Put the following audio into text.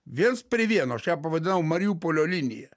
viens prie vieno aš ją pavadinau mariupolio linija